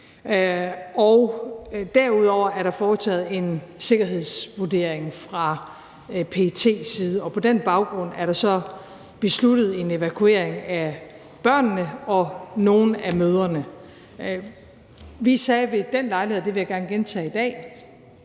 Derudover er der foretaget en sikkerhedsvurdering fra PET's side, og på den baggrund er der så besluttet en evakuering af børnene og nogle af mødrene. Vi sagde ved den lejlighed, og det vil jeg gerne gentage i dag,